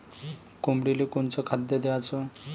कोंबडीले कोनच खाद्य द्याच?